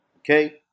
okay